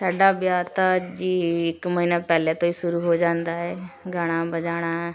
ਸਾਡਾ ਵਿਆਹ ਤਾਂ ਜੀ ਇੱਕ ਮਹੀਨਾ ਪਹਿਲਾਂ ਤੋਂ ਹੀ ਸ਼ੁਰੂ ਹੋ ਜਾਂਦਾ ਹੈ ਗਾਣਾ ਵਜਾਉਣਾ